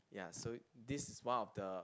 ya so this is one of the